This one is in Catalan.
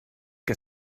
que